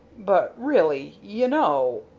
but really, you know